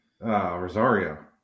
Rosario